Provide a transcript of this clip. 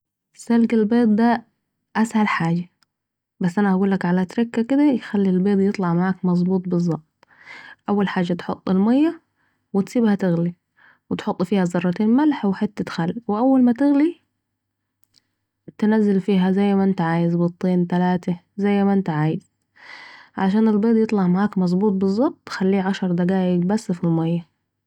سلق البيض دا اسهل حاجه بس أنا هقولك على تركة كده تخلي البيض يطلع معاك مظبوط بالظبط ، اول حاجه تحط الميه وتسيبها تغلي و تحط فيها ذرتين ملح وحتت خل وأول متغلي تنزل فيها زي ما أنت عايز بيضتين تلاته زي م أنت عايز علشان البيض يطلع معاك مظبوط بظبط خليه عشر دقايق بس في الميه